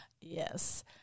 Yes